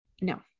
no